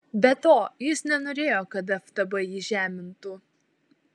be to jis nenorėjo kad ftb jį žemintų